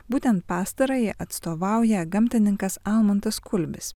būtent pastarajai atstovauja gamtininkas almantas kulbis